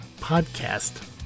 podcast